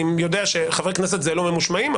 חברי הכנסת לא ממושמעים,